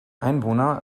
einwohner